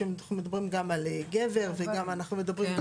שמדברים גם על גבר ואנחנו מדברים גם